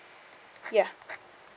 ya